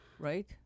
right